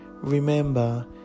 Remember